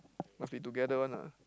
must be together one ah